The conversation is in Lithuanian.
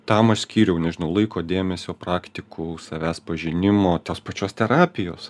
tam aš skyriau nežinau laiko dėmesio praktikų savęs pažinimo tos pačios terapijos